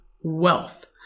wealth